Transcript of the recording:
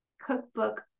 cookbook